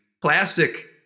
classic